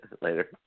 Later